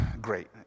Great